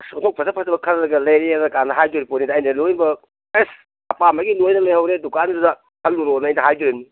ꯑꯁ ꯑꯣꯟꯊꯣꯛ ꯐꯖ ꯐꯖꯕ ꯈꯜꯂꯒ ꯂꯩꯔꯛꯑꯦꯅꯒꯥꯏꯅ ꯍꯥꯏꯗꯣꯔꯤꯄꯣꯠꯅꯤꯗ ꯑꯩꯅ ꯂꯣꯏꯝꯕꯛ ꯑꯁ ꯑꯄꯥꯝꯕꯉꯩ ꯂꯣꯏꯅ ꯂꯩꯍꯧꯔꯦ ꯗꯨꯀꯥꯟꯗꯨꯗ ꯈꯜꯂꯨꯔꯣꯅ ꯑꯩꯗꯤ ꯍꯥꯏꯗꯣꯔꯤꯃꯤ